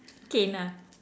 cane ah